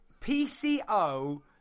PCO